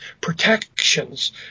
protections